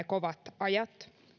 kovat ajat